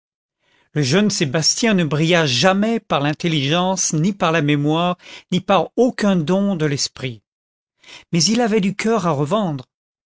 le jeune sébastien ne brilla jamais par l'intelligence ni par la mémoire ni par aucun don de l'esprit mais il avait du cœur à revendre